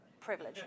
privilege